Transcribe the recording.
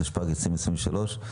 התשפ"ג-2023,